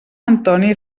antoni